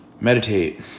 meditate